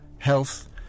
Health